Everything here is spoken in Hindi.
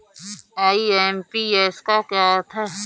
आई.एम.पी.एस का क्या अर्थ है?